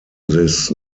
this